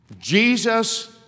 Jesus